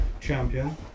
champion